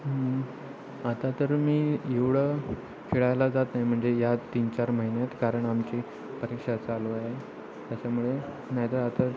आता तर मी एवढं खेळायला जात नाही म्हणजे या तीन चार महिन्यात कारण आमची परीक्षा चालू आहे त्याच्यामुळे नाहीतर आता